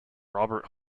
robert